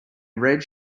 red